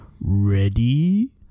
ready